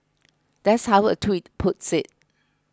that's how a tweet puts it